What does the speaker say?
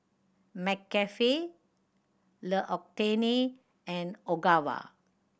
McCafe L'Occitane and Ogawa